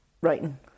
writing